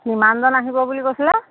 কিমানজন আহিব বুলি কৈছিলে